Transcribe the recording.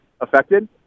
affected